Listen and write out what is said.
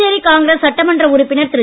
புதுச்சேரி காங்கிரஸ் சட்டமன்ற உறுப்பினர் திரு